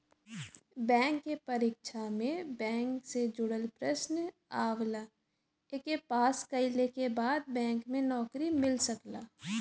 bank के परीक्षा में बैंक से जुड़ल प्रश्न आवला एके पास कइले के बाद बैंक में नौकरी मिल सकला